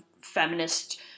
feminist